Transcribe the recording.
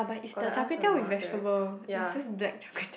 got to ask my mother ya